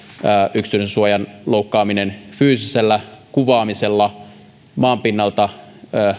yksityisyydensuojan loukkaaminen fyysisellä kuvaamisella maanpinnalta